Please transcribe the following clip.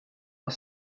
are